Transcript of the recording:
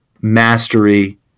mastery